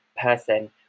person